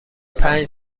پنج